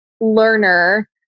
learner